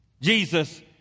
Jesus